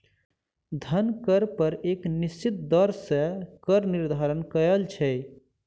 धन कर पर एक निश्चित दर सॅ कर निर्धारण कयल छै